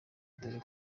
dore